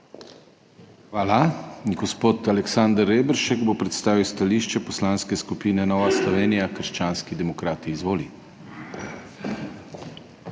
Hvala. Gospod Aleksander Reberšek bo predstavil stališče Poslanske skupine Nova Slovenija – krščanski demokrati. Izvoli.